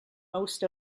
most